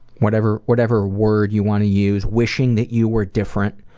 whatever whatever word you want to use. wishing that you were different,